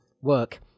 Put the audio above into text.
work